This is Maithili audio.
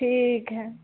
ठीक हय